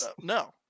No